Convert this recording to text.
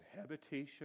habitation